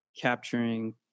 capturing